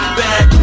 back